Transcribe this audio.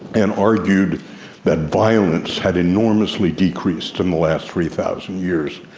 and argued that violence had enormously decreased in the last three thousand years.